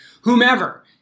whomever